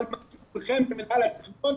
על מצפונכם מינהל התכנון